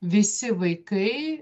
visi vaikai